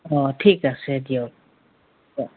অ ঠিক আছে দিয়ক অ